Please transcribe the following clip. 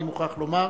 אני מוכרח לומר.